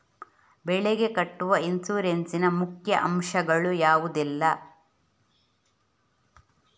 ಬೆಳೆಗೆ ಕಟ್ಟುವ ಇನ್ಸೂರೆನ್ಸ್ ನ ಮುಖ್ಯ ಅಂಶ ಗಳು ಯಾವುದೆಲ್ಲ?